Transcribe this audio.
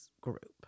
group